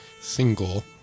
single